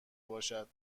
باشد